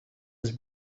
his